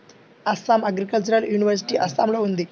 Assam agricultural university అస్సాంలో ఉంది